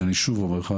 ואני שוב אומר לך,